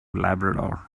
labrador